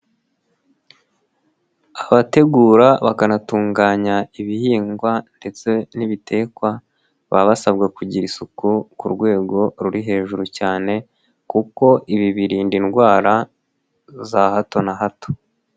Abategura bakanatunganya ibihingwa ndetse n'ibitekwa baba basabwa kugira isuku ku rwego ruri hejuru cyane kuko ibi birinda indwara za hato na hato.